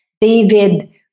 David